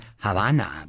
Havana